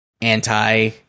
anti